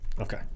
Okay